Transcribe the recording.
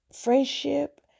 friendship